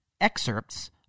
excerpts